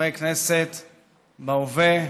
חברי כנסת בהווה,